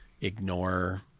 ignore